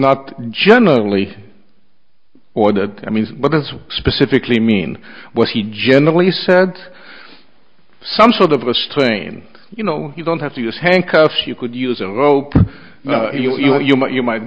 not generally or that i mean but that's specifically mean was he generally said some sort of a strain you know you don't have to use handcuffs you could use a rope you know you might you might